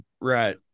Right